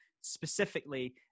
specifically